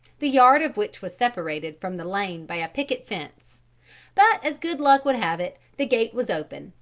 the yard of which was separated from the lane by a picket fence but as good luck would have it the gate was open,